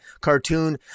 cartoon